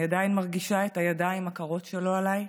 אני עדיין מרגישה את הידיים הקרות שלו עליי,